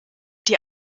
die